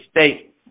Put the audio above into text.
state